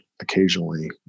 occasionally